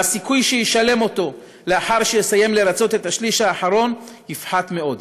והסיכוי שישלם אותו לאחר שיסיים לרצות את השליש האחרון יפחת מאוד.